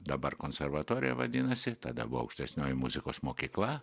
dabar konservatorija vadinasi tada buvo aukštesnioji muzikos mokykla